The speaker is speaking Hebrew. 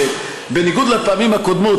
שבניגוד לפעמים הקודמות,